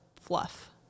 fluff